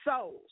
souls